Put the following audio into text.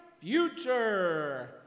future